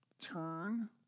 turn